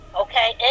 okay